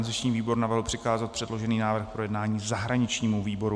Organizační výbor navrhl přikázat předložený návrh k projednání zahraničnímu výboru.